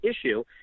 issue